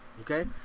Okay